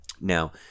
Now